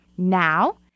now